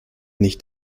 nicht